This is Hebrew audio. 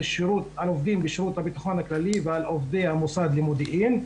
על עובדים בשירות הביטחון הכללי ועל עובדי המוסד למודיעין.